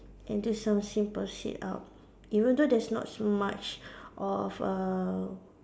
and do some simple sit up even though there's not so much of uh